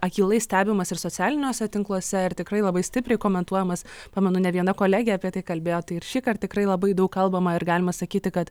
akylai stebimas ir socialiniuose tinkluose ir tikrai labai stipriai komentuojamas pamenu ne viena kolegė apie tai kalbėjo tai ir šįkart tikrai labai daug kalbama ir galima sakyti kad